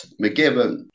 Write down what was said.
McGibbon